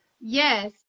yes